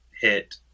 hit